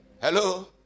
Hello